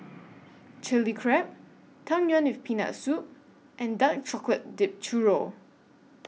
Chili Crab Tang Yuen with Peanut Soup and Dark Chocolate Dipped Churro